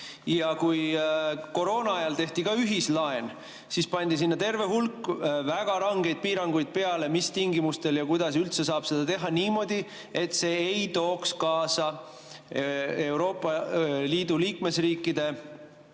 Kui koroonaajal tehti ka ühislaen, siis pandi sinna peale terve hulk väga rangeid piiranguid, mis tingimustel ja kuidas üldse saab seda teha niimoodi, et see ei tooks kaasa Euroopa Liidu liikmesriikide